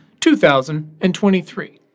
2023